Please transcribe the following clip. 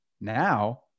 now